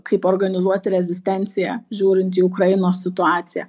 kaip organizuoti rezistenciją žiūrint į ukrainos situaciją